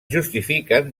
justifiquen